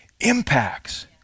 impacts